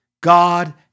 God